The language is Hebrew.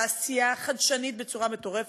תעשייה חדשנית בצורה מטורפת.